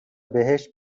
بهشت